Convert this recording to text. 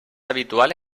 habitual